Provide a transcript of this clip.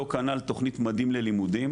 אותו כנ"ל תכנית ממדים ללימודים